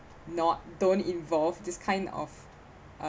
not don't involve this kind of